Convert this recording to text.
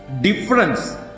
difference